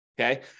okay